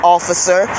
Officer